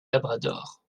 labrador